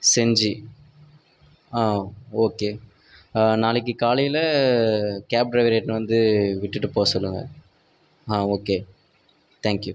செஞ்சு ஆ ஓகே நாளைக்கு காலைல கேப் டிரைவரை எட்ன்னு வந்து விட்டுட்டு போக சொல்லுங்கள் ஆ ஓகே தேங்க் யூ